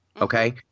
Okay